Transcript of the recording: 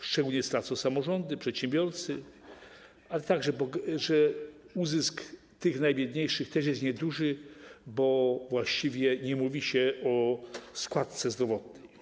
Szczególnie stracą samorządy, przedsiębiorcy, ale także, że uzysk tych najbiedniejszych też jest nieduży, bo właściwie nie mówi się o składce zdrowotnej.